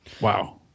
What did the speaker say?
Wow